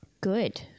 Good